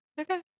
Okay